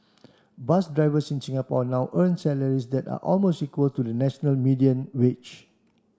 bus drivers in Singapore now earn salaries that are almost equal to the national median wage